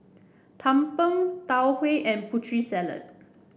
Tumpeng Tau Huay and Putri Salad